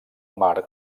mar